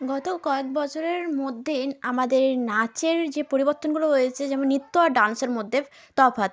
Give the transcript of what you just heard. গত কয়েক বছরের মধ্যে আমাদের নাচের যে পরিবর্তনগুলো হয়েছে যেমন নৃত্য আর ডান্সের মধ্যে তফাৎ